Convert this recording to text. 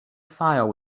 file